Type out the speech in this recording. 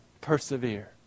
Persevere